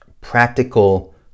practical